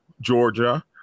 Georgia